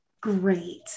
Great